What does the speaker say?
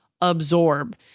absorb